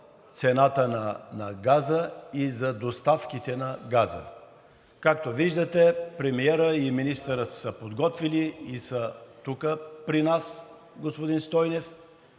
цената на газа и за доставките на газа. Както виждате, премиерът и министърът са се подготвили и са тук при нас, господин Стойнев,